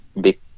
big